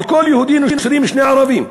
על כל יהודי נושרים שני ערבים,